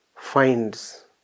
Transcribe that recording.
finds